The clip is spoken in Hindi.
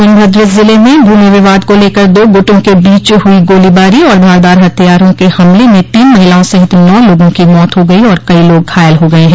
सोनभद्र ज़िले में भूमि विवाद को लेकर दो गुटों के बीच हुई गोलीबारी और धारदार हथियारों के हमले में तीन महिलाओं सहित नौ लोगों की मौत हो गई और कई लोग घायल हो गये हैं